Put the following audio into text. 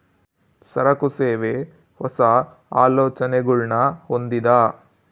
ಸರಕು, ಸೇವೆ, ಹೊಸ, ಆಲೋಚನೆಗುಳ್ನ ಹೊಂದಿದ